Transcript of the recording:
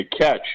catch